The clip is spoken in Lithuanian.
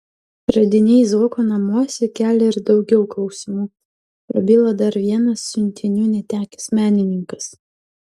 radiniai zuokų namuose kelia ir daugiau klausimų prabilo dar vienas siuntinių netekęs menininkas